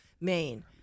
Maine